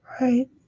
right